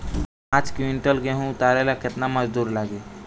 पांच किविंटल गेहूं उतारे ला केतना मजदूर लागी?